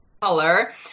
color